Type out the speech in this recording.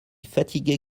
fatigué